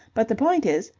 but the point is,